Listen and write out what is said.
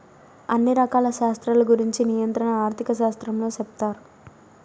అన్ని రకాల శాస్త్రాల గురుంచి నియంత్రణ ఆర్థిక శాస్త్రంలో సెప్తారు